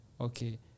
okay